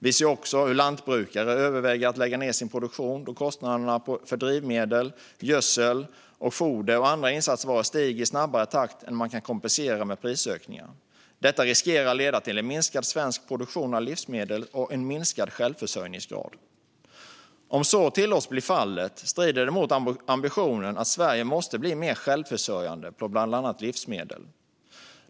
Vi ser också hur lantbrukare överväger att lägga ned sin produktion då kostnaderna för drivmedel, gödsel, foder och andra insatsvaror stiger i snabbare takt än man kan kompensera med prisökningar. Detta riskerar leda till en minskad svensk produktion av livsmedel och en minskad självförsörjningsgrad. Om så tillåts bli fallet strider det mot ambitionen att Sverige måste bli mer självförsörjande på bland annat livsmedel.